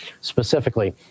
Specifically